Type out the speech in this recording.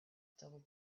double